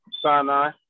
Sinai